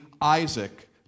Isaac